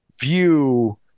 view